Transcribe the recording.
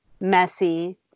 messy